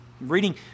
reading